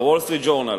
ב"וול-סטריט ג'ורנל"